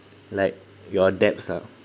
like your debts ah